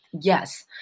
Yes